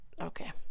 okay